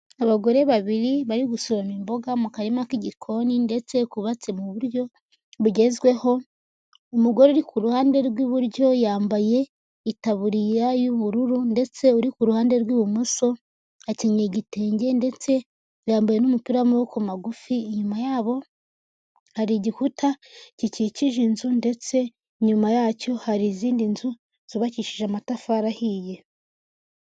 Abagore babiri bari gusoroma imboga mu karima k'igikoni ndetse kubatse mu buryo bugezweho, umugore uri ku ruhande rw'iburyo yambaye itaburiya y'ubururu ndetse uri ku ruhande rw'ibumoso akenyeye igitenge ndetse yambaye n'umupira w'amaboko magufi, inyuma yabo hari igikuta gikikije inzu ndetse inyuma yacyo hari izindi nzu zubakishije amatafari ahiye.